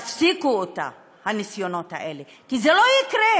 תפסיקו את הניסיונות האלה, כי זה לא יקרה.